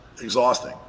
exhausting